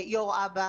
יושבת-ראש א.ב.א.